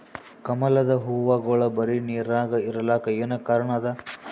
ಕಮಲದ ಹೂವಾಗೋಳ ಬರೀ ನೀರಾಗ ಇರಲಾಕ ಏನ ಕಾರಣ ಅದಾ?